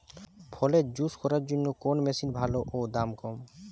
ফলের জুস করার জন্য কোন মেশিন ভালো ও দাম কম?